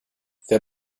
wer